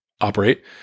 operate